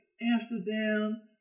Amsterdam